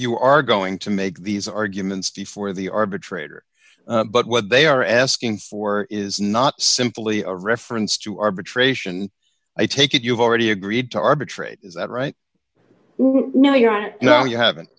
you are going to make these arguments before the arbitrator but what they are asking for is not simply a reference to arbitration i take it you've already agreed to arbitrate is that right now you are now you haven't